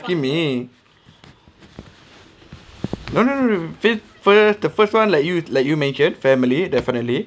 asking me no no no fir~ first the first one like you like you mentioned family definitely